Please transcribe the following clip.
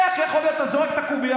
איך יכול להיות שאתה זורק את הקובייה,